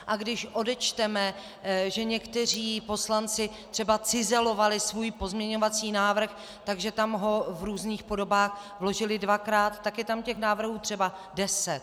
A když odečteme, že někteří poslanci třeba cizelovali svůj pozměňovací návrh, takže ho tam v různých podobách vložili dvakrát, tak je tam těch návrhů třeba deset.